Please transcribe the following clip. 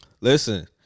Listen